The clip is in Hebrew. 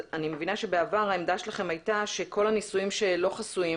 אני מבינה שבעבר העמדה שלכם הייתה שכל הניסויים שלא חסויים